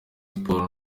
sports